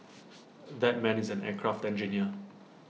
that man is an aircraft engineer